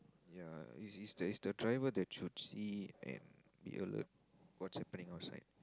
ya is is the is the driver that should see and be alert what is happening outside